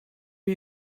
are